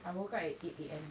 I woke up at eight A_M